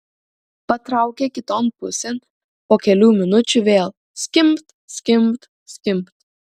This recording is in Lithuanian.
patraukė kiton pusėn po kelių minučių vėl skimbt skimbt skimbt